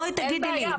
בואי תגידי לי,